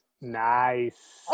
Nice